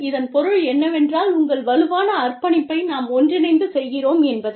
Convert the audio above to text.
இதன் பொருள் என்னவென்றால் உங்கள் வலுவான அர்ப்பணிப்பை நாம் ஒன்றிணைந்து செய்கிறோம் என்பதே